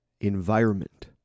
environment